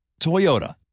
Toyota